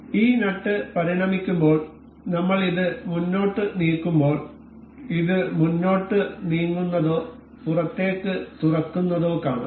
അതിനാൽ ഈ നട്ട് പരിണമിക്കുമ്പോൾ നമ്മൾ ഇത് മുന്നോട്ട് നീങ്ങുമ്പോൾ ഇത് മുന്നോട്ട് നീങ്ങുന്നതോ പുറത്തേക്ക് തുറക്കുന്നതോ കാണാം